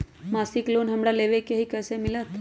मासिक लोन हमरा लेवे के हई कैसे मिलत?